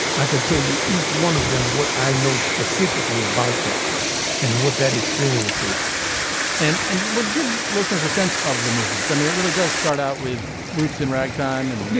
i could tell you each one of them, what i know specifically about that and what that experience is and and it would give listeners a sense of the movements i mean, it really does start out with roots in ragtime and